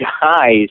guys